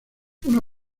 una